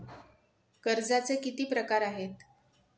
कर्जाचे किती प्रकार आहेत?